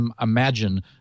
imagine